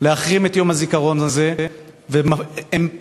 חברת הכנסת מרב מיכאלי, בבקשה, ואחריה,